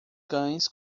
cães